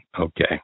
Okay